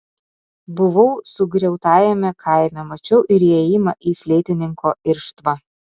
buvau sugriautajame kaime mačiau ir įėjimą į fleitininko irštvą